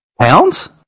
Pounds